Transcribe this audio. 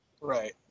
Right